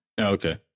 Okay